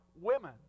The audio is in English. women